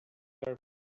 are